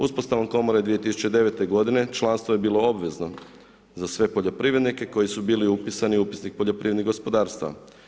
Uspostavom komore 2009. godine članstvo je bilo obvezno za sve poljoprivrednike koji su bili upisani u upisnik poljoprivrednih gospodarstava.